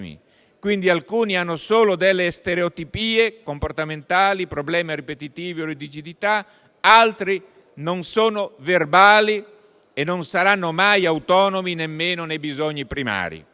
quindi alcuni hanno solo delle stereotipie comportamentali, problemi ripetitivi o di rigidità, altri non sono verbali e non saranno mai autonomi nemmeno nei bisogni primari.